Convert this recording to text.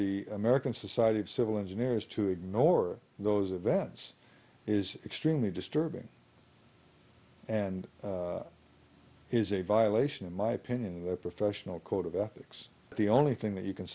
the american society of civil engineers to ignore those events is extremely disturbing and is a violation in my opinion the professional code of ethics the only thing that you can